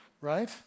Right